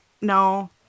no